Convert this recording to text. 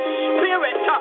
spirit